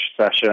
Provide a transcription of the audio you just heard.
session